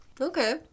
Okay